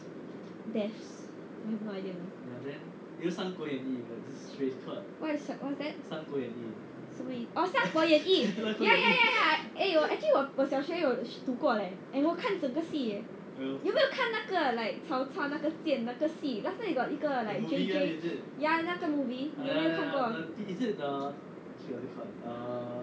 deaths I have no idea what is what is that 什么义 oh 三国演义 ya ya ya ya eh 我 actually 我小学有读 leh 我看整个戏 eh 有没有看那个 like 曹操那个剑那个戏 last time got 一个 like J_J ya 那个 movie 你有没有看过